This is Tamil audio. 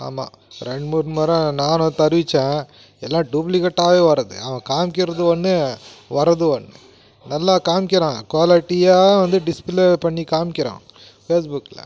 ஆமாம் ரெண்டு மூணு முறை நானு தெருவிச்சன் எல்லாம் டூப்ளிகேட்டாவே வருது அவன் காமிக்கிறது ஒன்று வரது ஒன்று நல்லா காமிக்கிறான் குவாலிட்டியாக வந்து டிஸ்ப்ளே பண்ணி காமிக்கிறான் ஃபேஸ்புக்கில்